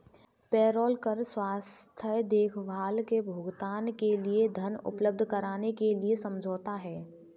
payroll कर स्वास्थ्य देखभाल के भुगतान के लिए धन उपलब्ध कराने के लिए समझौता है